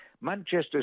Manchester